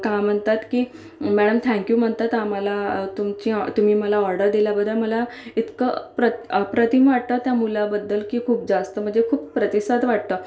का म्हणतात की मॅडम थँक यू म्हणतात आम्हाला तुमची तुम्ही मला ऑर्डर दिल्याबद्दल मला इतकं प्रत अप्रतिम वाटतं त्या मुलाबद्दल की खूप जास्त म्हणजे खूप प्रतिसाद वाटतं